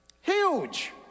Huge